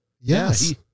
yes